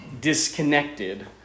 disconnected